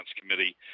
committee